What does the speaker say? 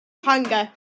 hunger